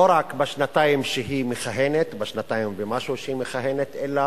לא רק בשנתיים ומשהו שהיא מכהנת אלא